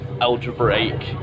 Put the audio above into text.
algebraic